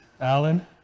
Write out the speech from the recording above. alan